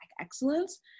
excellence